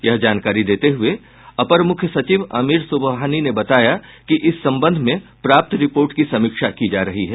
यह जानकारी देते हुए अपर मुख्य सचिव आमिर सुबहानी ने बताया कि इस संबंध में प्राप्त रिपोर्ट की समीक्षा की जा रही है